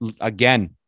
Again